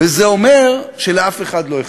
וזה אומר שלאף אחד לא אכפת.